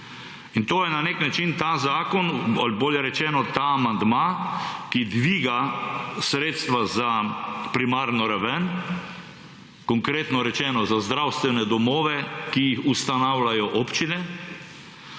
In to je na nek način ta zakon ali bolje rečeno, ta amandma, ki dviga sredstva za primarno raven, konkretno rečeno za zdravstvene domove, ki jih ustanavljajo občine,